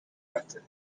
butter